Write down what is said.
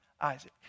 Isaac